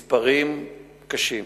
מספרים קשים.